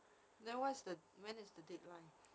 then what's the when is the deadline